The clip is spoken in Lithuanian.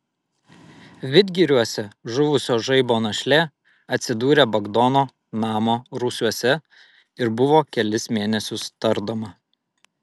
vidgiriuose žuvusio žaibo našlė atsidūrė bagdono namo rūsiuose ir buvo kelis mėnesius tardoma